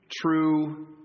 true